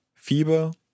Fieber